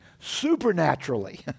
supernaturally